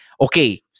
okay